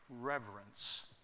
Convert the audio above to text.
reverence